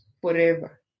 forever